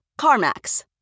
CarMax